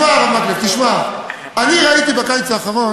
שבה כולם שקטים ויש בה דרך-ארץ והכול טוב.